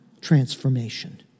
transformation